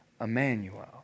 Emmanuel